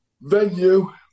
venue